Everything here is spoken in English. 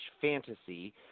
fantasy